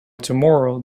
tomorrow